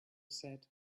said